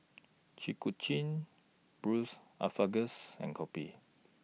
Chi Kak Kuih Braised Asparagus and Kopi